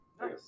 Nice